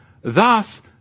Thus